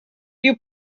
you